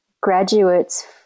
graduates